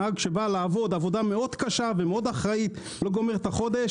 שנהג שבא לעבוד בעבודה קשה מאוד ואחראית מאוד לא גומר את החודש.